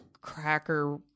cracker